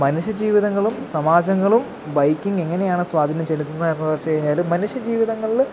മനുഷ്യ ജീവിതങ്ങളും സമാജങ്ങളും ബൈക്കിങ്ങ് എങ്ങനെയാണ് സ്വാധീനം ചെലുത്തുന്നതെന്നു വെച്ചു കഴിഞ്ഞാൽ മനുഷ്യ ജീവിതങ്ങളിൽ